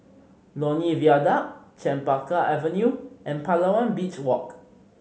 Lornie Viaduct Chempaka Avenue and Palawan Beach Walk